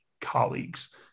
colleagues